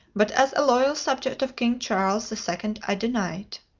but as a loyal subject of king charles the second, i deny it.